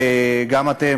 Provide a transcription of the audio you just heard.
גם אתם,